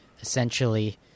essentially –